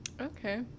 Okay